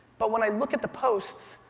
but when i look at the posts,